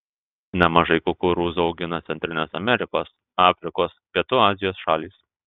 nemažai kukurūzų augina centrinės amerikos afrikos pietų azijos šalys